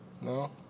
No